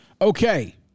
Okay